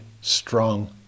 strong